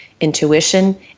intuition